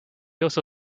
also